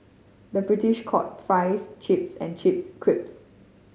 the British called fries chips and chips crisps